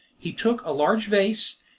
he took a large vase,